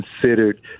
considered